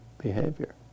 behavior